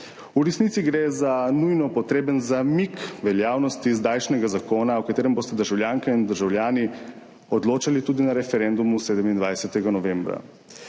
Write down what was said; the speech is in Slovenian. V resnici gre za nujno potreben zamik veljavnosti zdajšnjega zakona, o katerem boste državljanke in državljani odločali tudi na referendumu 27. novembra.